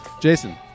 Jason